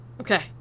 Okay